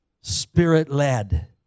spirit-led